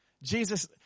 Jesus